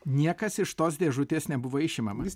niekas iš tos dėžutės nebuvo išimamas